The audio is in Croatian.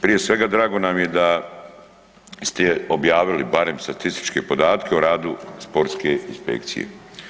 Prije svega drago nam je da ste objavili barem statističke podatke o radu sportske inspekcije.